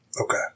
Okay